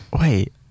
wait